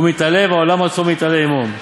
הוא מתעלה והעולם עצמו מתעלה עמו.